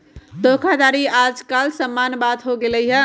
धोखाधड़ी याज काल समान्य बात हो गेल हइ